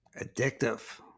addictive